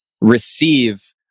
receive